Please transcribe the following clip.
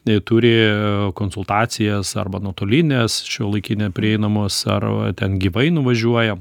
jie turi konsultacijas arba nuotolines šiuolaikine prieinamos ar ten gyvai nuvažiuoja